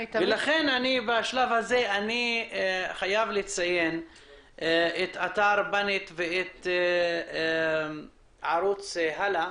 לכן בשלב הזה אני חייב לציין את אתר panet ואת ערוץ הלאה